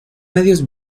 medios